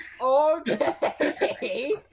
Okay